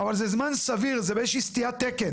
אבל זה זמן סביר, זה איזה שהיא סטיית תקן,